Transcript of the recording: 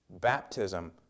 Baptism